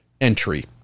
entry